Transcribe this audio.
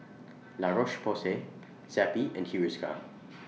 La Roche Porsay Zappy and Hiruscar